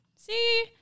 See